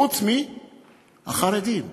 חוץ מהחרדים.